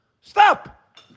Stop